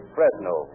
Fresno